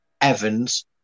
Evans